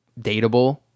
dateable